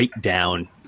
down